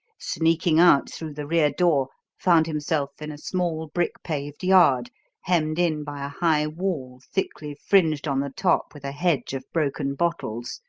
sneaking out through the rear door, found himself in a small, brick-paved yard hemmed in by a high wall thickly fringed on the top with a hedge of broken bottles.